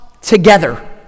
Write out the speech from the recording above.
together